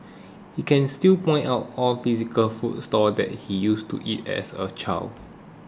he can still point out all physical food stalls that he used to eat as a child